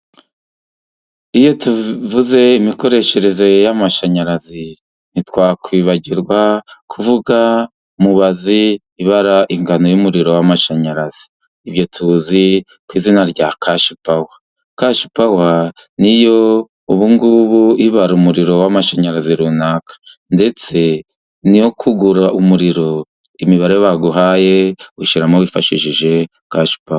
Iyo tuvuze imikoreshereze y'amashanyarazi, ntitwakwibagirwa kuvuga mubazi ibara ingano y'umuriro w'amashanyarazi, ibyo tuzi ku izina rya kashi pawa. Kashi pawa ni yo ubu ngubu ibara umuriro w'amashanyarazi runaka, ndetse n'iyo uri kugura umuriro, imibare baguhaye uyishyiramo wifashishije kashi pawa.